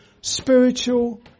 spiritual